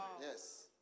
Yes